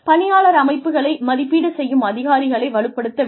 பணியாளர் அமைப்புகளை மதிப்பீடு செய்யும் அதிகாரிகளை வலுப்படுத்த வேண்டும்